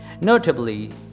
notably